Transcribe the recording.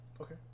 okay